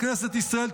בכנסת ישראל,